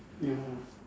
ya